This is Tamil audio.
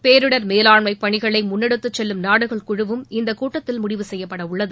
பேரிடர் மேலாண்மை பணிகளை முன்னெடுத்துச் செல்லும் நாடுகள் குழுவும் இக்கூட்டத்தில் முடிவு செய்யப்பட உள்ளது